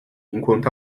enquanto